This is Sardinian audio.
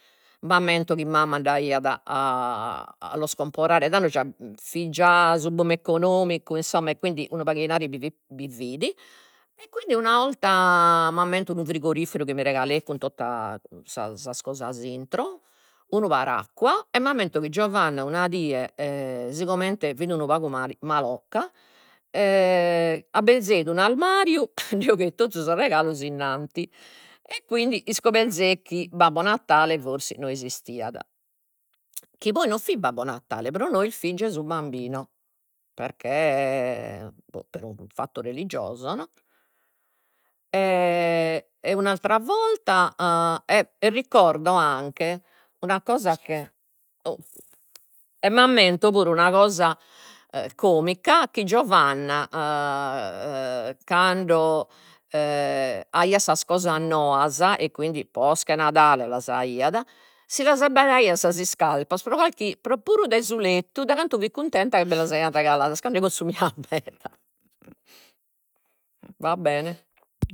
M'ammento chi mamma andaiat a los comporare, tando fit già su boom economicu insomma, e quindi unu pagu de inari bi fit bi fit, e quindi una 'olta m'ammento unu frigoriferu chi mi regaleit cun tottu sas cosas intro, unu paracqua, e m'ammento chi Giovanna una die sigomente fin unu pagu mal- malocca aberzeit un'armariu e nde 'ogheit totu sos regalos innanti, e quindi iscoperzeit chi Babbo Natale forsis no esistiat, chi poi no fit Babbo Natale, pro nois fit Gesù Bambino, perchè per un fatto religioso no, e un'altra volta, e ricordo anche una cosa che oh, e m'ammento puru una cosa comica, chi Giovanna cando aiat sas cosas noas, e quindi posca de Nadale las aiat, si las abbaidaiat sas iscarpas pro calchi pro puru dai su lettu, dai cantu fit cuntenta chi bi las aian regaladas ca nde cunsumiat meda va bene